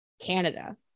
canada